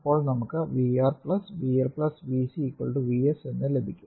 അപ്പോൾ നമുക്ക് VR VL VC VS എന്ന് ലഭിക്കും